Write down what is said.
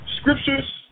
scriptures